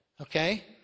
Okay